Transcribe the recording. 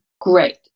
Great